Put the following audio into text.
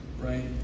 Right